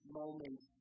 moment